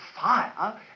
fire